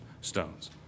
stones